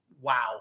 wow